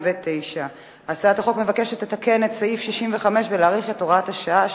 ותמשיך לדיון בוועדת החינוך,